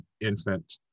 infant